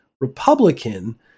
Republican